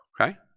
Okay